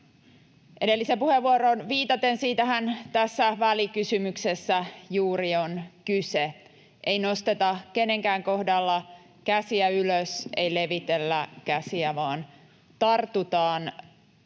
Edelliseen puheenvuoroon viitaten, niin siitähän tässä välikysymyksessä juuri on kyse: ei nosteta kenenkään kohdalla käsiä ylös, ei levitellä käsiä vaan tartutaan